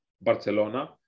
Barcelona